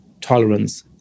tolerance